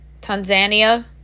Tanzania